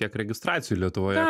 tiek registracijų lietuvoje